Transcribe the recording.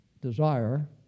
desire